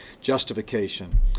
justification